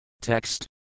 Text